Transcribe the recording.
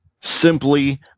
simply